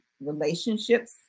relationships